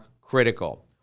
critical